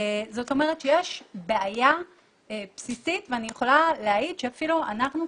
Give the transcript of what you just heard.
זאת אומרת יש בעיה בסיסית ואני יכולה להעיד שאפילו אנחנו,